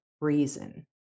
reason